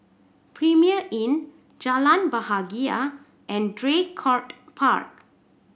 Premier Inn Jalan Bahagia and Draycott Park